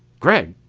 gregg!